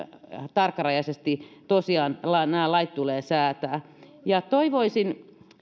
tarkkarajaisesti tosiaan nämä lait tulee säätää toivoisin